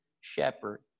shepherd